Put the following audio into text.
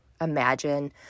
Imagine